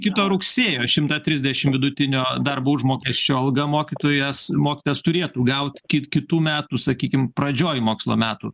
kito rugsėjo šimtą trisdešimt vidutinio darbo užmokesčio alga mokytojas mokytojas turėtų gaut ki kitų metų sakykim pradžioj mokslo metų